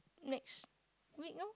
next week orh